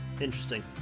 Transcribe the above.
Interesting